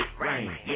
rain